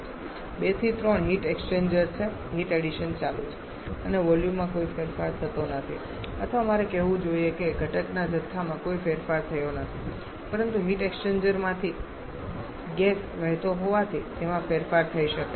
2 થી 3 heat exchanger છે heat addition ચાલુ છે અને વોલ્યુમમાં કોઈ ફેરફાર થતો નથી અથવા મારે કહેવું જોઈએ કે ઘટકના જથ્થામાં કોઈ ફેરફાર થયો નથી પરંતુ હીટ એક્સ્ચેન્જર માંથી ગેસ વહેતો હોવાથી તેમાં ફેરફાર થઈ શકે છે